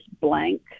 blank